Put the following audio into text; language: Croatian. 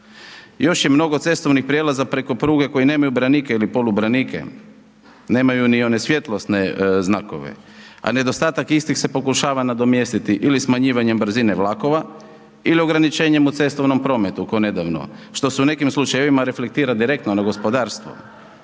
Još je mnogo cestovnih prijevoza preko pruge, koje nemaju branike ili polubranike, nemaju ni one svjetlonosne znakove, a nedostatak istih se pokušava namjestiti, ili smanjivanjem brzine vlakova ili ograničenjem u cestovnom prometu, ko nedavno, što su u nekim slučajevima reflektira direktno na gospodarstvo.